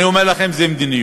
אני אומר לכם, זאת מדיניות.